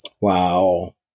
Wow